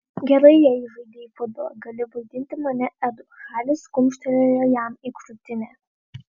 gerai jei žaidei futbolą gali vadinti mane edu haris kumštelėjo jam į krūtinę